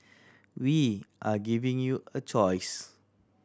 we are giving you a choice